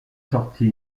sorti